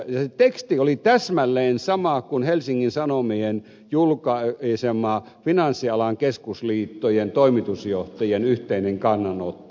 se teksti oli täsmälleen sama kuin helsingin sanomien julkaisema finanssialan keskusliittojen toimitusjohtajien yhteinen kannanotto